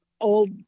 old